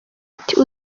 ati